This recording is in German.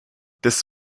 des